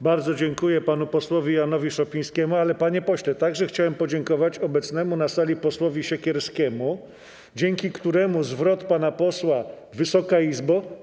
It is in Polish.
Bardzo dziękuję panu posłowi Janowi Szopińskiemu, ale, panie pośle, chciałem podziękować także obecnemu na sali posłowi Siekierskiemu, dzięki któremu sens miał zwrot pana posła: Wysoka Izbo.